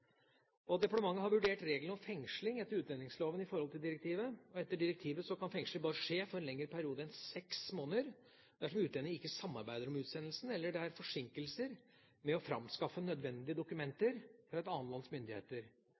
omsorgstilbud. Departementet har vurdert reglene om fengsling etter utlendingsloven i forhold til direktivet. Etter direktivet kan fengsling bare skje for en lengre periode enn seks måneder dersom utlendingen ikke samarbeider om utsendelsen, eller det er forsinkelser med å framskaffe nødvendige dokumenter fra et annet lands myndigheter.